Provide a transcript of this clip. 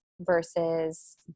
versus